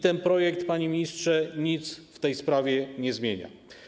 Ten projekt, panie ministrze, nic w tej sprawie nie zmienia.